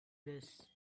this